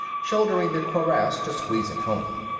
shouldering the cuirass to squeeze it home.